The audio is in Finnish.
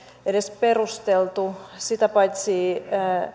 edes perusteltu sitä paitsi